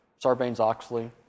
Sarbanes-Oxley